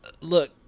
Look